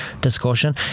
discussion